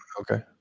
Okay